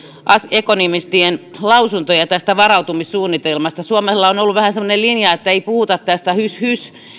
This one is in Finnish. ekonomistien lausuntoja varautumissuunnitelmasta suomella on ollut vähän semmoinen linja että ei puhuta tästä hys hys